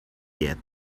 yet